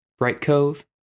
Brightcove